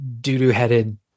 doo-doo-headed